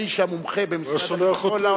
האיש המומחה, היה שולח אותי.